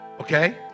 Okay